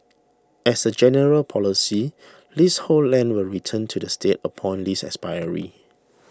as a general policy leasehold land will return to the state upon lease expiry